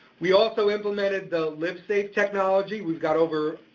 we also implemented the livesafe technology. we've got over,